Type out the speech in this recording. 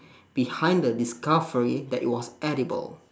behind the discovery that it was edible